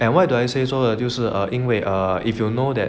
and why do I say so 就是 err 因为 err if you know that